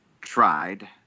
tried